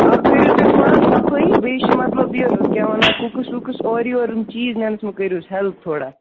اَکھ کٔرِو تُہۍ تھوڑا صفٲیی بیٚیہِ چھِ مطلب یہِ کیٛاہ وَنان کُکٕس وُکٕس اورٕ یورٕ یِم چیٖز نٮ۪نَس منٛز کٔرِو اَسہِ ہٮ۪لٕپ تھوڑا